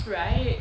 right